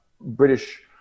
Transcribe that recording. British